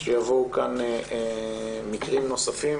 שיבואו כאן מקרים נוספים